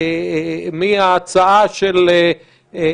גבולות.